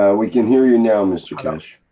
yeah we can hear you now, mr. keshe.